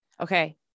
Okay